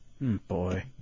Boy